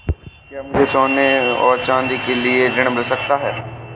क्या मुझे सोने और चाँदी के लिए ऋण मिल सकता है?